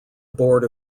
board